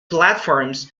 platforms